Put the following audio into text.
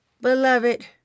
Beloved